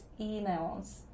emails